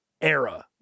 era